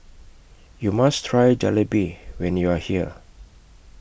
YOU must Try Jalebi when YOU Are here